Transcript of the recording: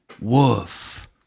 woof